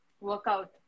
Workout